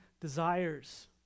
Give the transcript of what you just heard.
desires